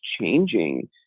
changing